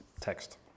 text